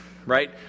right